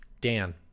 Dan